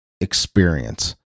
experience